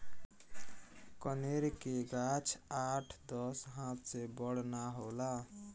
कनेर के गाछ आठ दस हाथ से बड़ ना होला